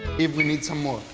if we need some more.